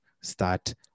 Start